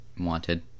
Wanted